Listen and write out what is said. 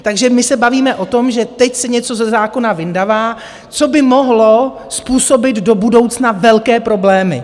Takže my se bavíme o tom, že teď se něco ze zákona vyndává, co by mohlo způsobit do budoucna velké problémy.